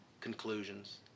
conclusions